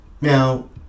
Now